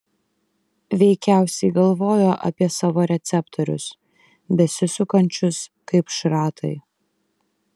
veikiausiai galvojo apie savo receptorius besisukančius kaip šratai